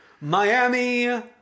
Miami